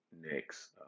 next